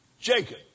Jacob